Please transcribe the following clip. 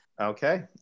Okay